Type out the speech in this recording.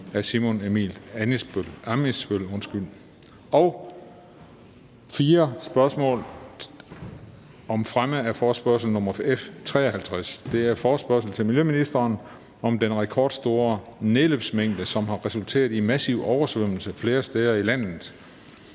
Omtryk 05.03.2020). 4) Spørgsmål om fremme af forespørgsel nr. F 53: Forespørgsel til miljøministeren om den rekordstore nedbørsmængde, som har resulteret i massive oversvømmelser flere steder i landet.